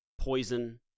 poison